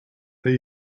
that